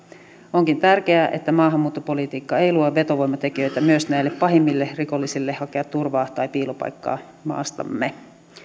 onkin tärkeää että maahanmuuttopolitiikka ei luo vetovoimatekijöitä myös näille pahimmille rikollisille hakea turvaa tai piilopaikkaa maastamme